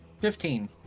Fifteen